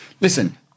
listen